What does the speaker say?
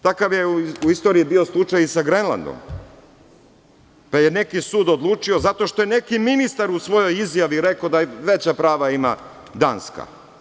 Takav je u istoriji bio slučaj i sa Grenlandom, pa je neki sud odlučio zato što je neki ministar u svojoj izjavi rekao da veća prava ima Danska.